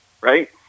right